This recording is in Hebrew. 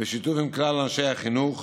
בשיתוף עם כלל אנשי החינוך,